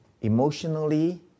emotionally